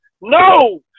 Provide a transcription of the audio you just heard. No